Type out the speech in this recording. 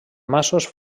masos